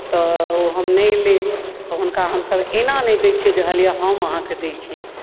तऽ ओ हम नहि लेब तऽ हुनका हमसभ एना नहि दैत छियै जे लिअ हम अहाँके दैत छी